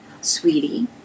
sweetie